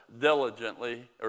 diligently